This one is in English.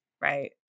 right